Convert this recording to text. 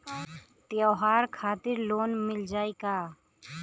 त्योहार खातिर लोन मिल जाई का?